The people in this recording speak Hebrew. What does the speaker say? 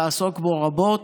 לעסוק בו רבות.